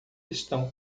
estão